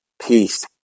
Peace